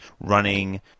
running